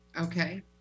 Okay